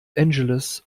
angeles